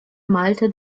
malte